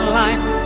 life